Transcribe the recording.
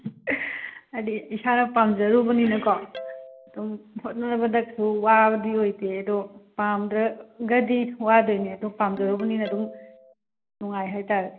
ꯍꯥꯏꯗꯤ ꯏꯁꯥꯅ ꯄꯥꯝꯖꯔꯨꯕꯅꯤꯅꯀꯣ ꯑꯗꯨꯝ ꯍꯣꯠꯅꯕꯗ ꯀꯩꯁꯨ ꯋꯥꯕꯗꯤ ꯑꯣꯏꯗꯦ ꯑꯗꯣ ꯄꯥꯝꯗ꯭ꯔꯒꯗꯤ ꯋꯥꯗꯣꯏꯅꯦ ꯑꯗꯣ ꯄꯥꯝꯖꯔꯨꯕꯅꯤꯅ ꯑꯗꯨꯝ ꯅꯨꯡꯉꯥꯏ ꯍꯥꯏꯇꯥꯔꯦ